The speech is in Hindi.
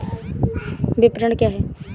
विपणन क्या है?